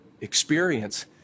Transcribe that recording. experience